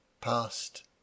Past